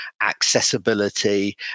accessibility